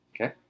Okay